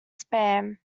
spam